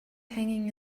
hanging